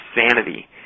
sanity